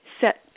set